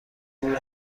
دور